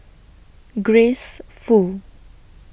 Grace Fu